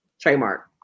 trademark